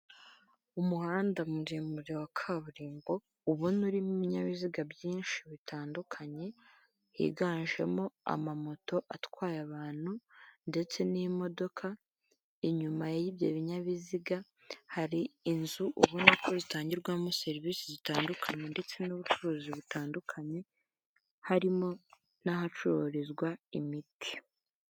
Umuhanda muremure wa kaburimbo ubona urimo ibinyabiziga byinshi bitandukanye, higanjemo amamoto atwaye abantu ndetse n'imodoka, inyuma y'ibyo binyabiziga hari inzu ubona ko zitangirwamo serivisi zitandukanye ndetse n'ubucuruzi butandukanye, harimo n'ahacururizwa imiti.